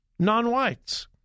non-whites